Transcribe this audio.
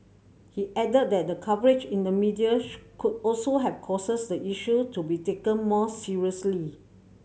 he added that the coverage in the media could also have causes the issue to be taken more seriously